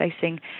facing